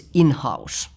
in-house